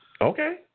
Okay